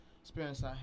experience